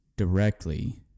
Directly